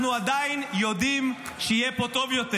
אנחנו עדיין יודעים שיהיה פה טוב יותר.